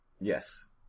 Yes